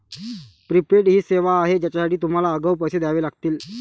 prepaid ही सेवा आहे ज्यासाठी तुम्हाला आगाऊ पैसे द्यावे लागतील